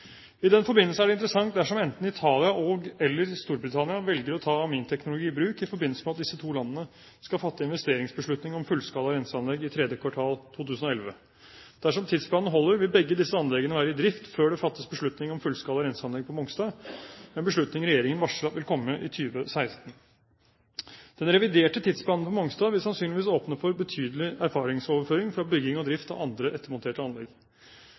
I den forbindelse er det interessant dersom enten Italia og/eller Storbritannia velger å ta aminteknologi i bruk i forbindelse med at disse to landene skal fatte investeringsbeslutning om fullskala renseanlegg i tredje kvartal 2011. Dersom tidsplanen holder, vil begge disse anleggene være i drift før det fattes beslutning om fullskala renseanlegg på Mongstad, en beslutning regjeringen varsler at vil komme i 2016. Den reviderte tidsplanen på Mongstad vil sannsynligvis åpne for betydelig erfaringsoverføring fra bygging og drift av andre ettermonterte anlegg.